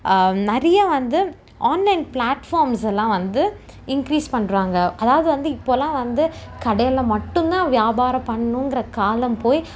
நிறையா வந்து online platforms எல்லாம் வந்து இன்க்ரீஸ் பண்ணுறாங்க அதாவது வந்து இப்போலாம் வந்து கடையில் மட்டும்தான் வியாபாரம் பண்ணணுங்குற காலம் போய்